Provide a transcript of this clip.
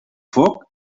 foc